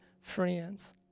friends